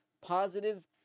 positive